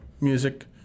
music